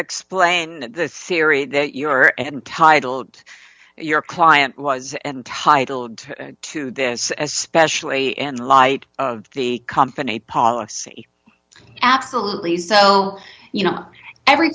explain the sciri that you're entitled your client was entitled to this especially in light of the company policy absolutely so you know every